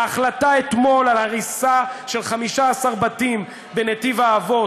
ההחלטה אתמול על הריסה של 15 בתים בנתיב האבות,